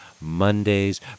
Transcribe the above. Mondays